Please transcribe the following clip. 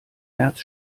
märz